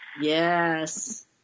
Yes